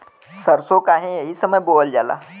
सरसो काहे एही समय बोवल जाला?